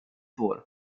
hår